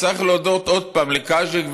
וצריך להודות עוד פעם לקאז'יק,